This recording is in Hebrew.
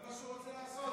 זה מה שהוא רוצה לעשות.